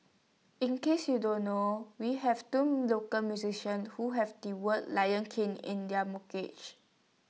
in case you don't know we have two local musicians who have the words lion king in their mortgage